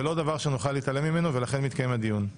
זה לא דבר שנוכל להתעלם ממנו ולכן מתקיים הדיון.